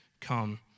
come